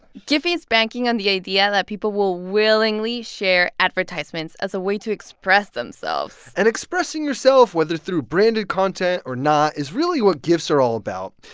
giphy is banking on the idea that people will willingly share advertisements as a way to express themselves and expressing yourself, whether through branded content or not, is really what gifs are all about,